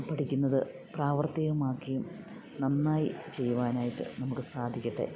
ആ പഠിക്കുന്നത് പ്രാവർത്തികമാക്കിയും നന്നായി ചെയ്യുവാനായിട്ട് നമുക്ക് സാധിക്കട്ടെ